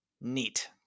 neat